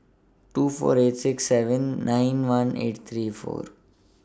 two four eight six seven nine one eight three four